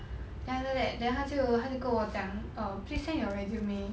then after that then 他就他就跟我讲 err please send your resume